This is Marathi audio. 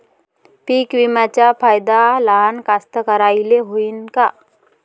पीक विम्याचा फायदा लहान कास्तकाराइले होईन का?